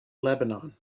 lebanon